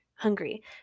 hungry